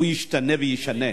ישתנה וישנה.